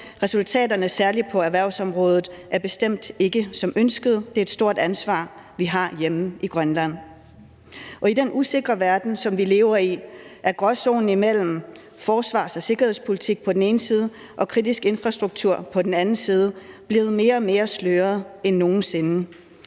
Resultaterne, særlig på erhvervsområdet, er bestemt ikke som ønsket. Det er et stort ansvar, vi har hjemme i Grønland. Og i den usikre verden, som vi lever i, er gråzonen mellem forsvars- og sikkerhedspolitik på den ene side og kritisk infrastruktur på den anden side blevet mere og mere sløret end nogen sinde.